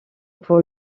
pour